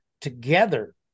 together